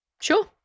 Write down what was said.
Sure